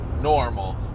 normal